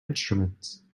instruments